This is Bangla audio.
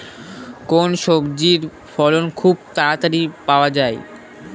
কোন সবজির ফলন খুব তাড়াতাড়ি পাওয়া যায়?